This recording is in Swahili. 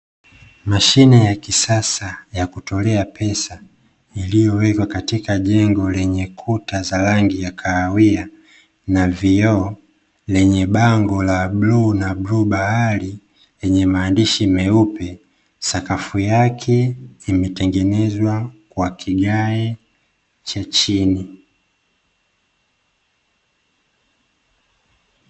Mashine ya kisasa ya kutolea pesa iliyowekwa katika jengo lenye kuta za rangi ya kahawia na vioo, lenye bango la bluu na bluu bahari, lenye maandishi meupe, sakafu yake imetengenezwa kwa kigae cha chini.